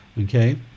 okay